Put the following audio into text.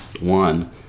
One